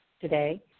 today